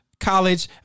College